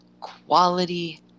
quality